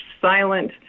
silent